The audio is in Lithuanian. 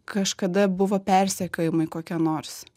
kažkada buvo persekiojimai kokie nors